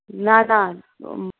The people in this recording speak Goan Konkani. ना ना